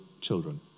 children